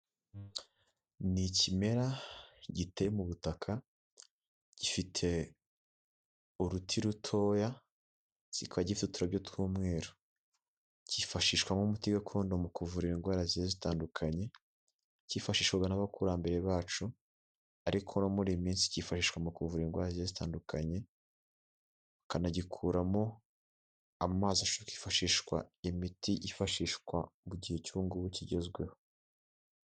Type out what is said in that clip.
Ni ikimera giteye mu butaka gifite uruti rutoya kikaba gifite utubyo tw'umweru, cyifashishwa nk'umuti gakondo mu kuvura indwara ziri zitandukanye, cyifashishwajwe n'abakurambere bacu ariko no muri iyi minsi gifashishwa mu kuvura indwara zitandukanye bakanagikuramo amazi yifashishwa imiti yifashishwa mu gihe cy'ubungubu kigezweho.